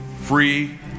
free